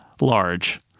large